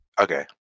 Okay